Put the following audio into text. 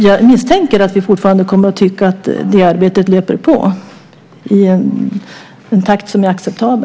Jag misstänker att vi fortfarande kommer att tycka att det arbetet löper på i en takt som är acceptabel.